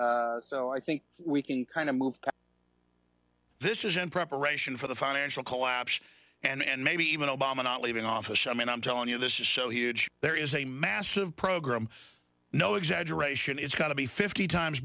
it so i think we can kind of move this is an preparation for the financial collapse and maybe even obama not leaving office i mean i'm telling you this is so huge there is a massive program no exaggeration it's got to be fifty times